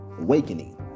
awakening